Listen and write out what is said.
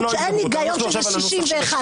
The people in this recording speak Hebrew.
שאין הגיון שזה 61,